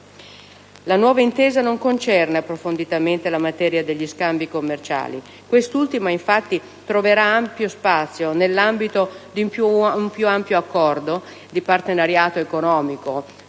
La nuova intesa non concerne approfonditamente la materia degli scambi commerciali. Quest'ultima, infatti, troverà ampio spazio nell'ambito di un più ampio Accordo di partenariato economico